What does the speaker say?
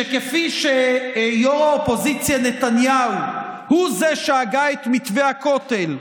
שכפי שיו"ר האופוזיציה נתניהו הוא זה שהגה את מתווה הכותל,